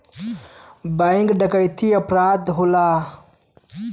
bank डकैती अपराध होला